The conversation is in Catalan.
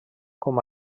com